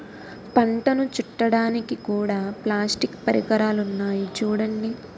పంటను చుట్టడానికి కూడా ప్లాస్టిక్ పరికరాలున్నాయి చూడండి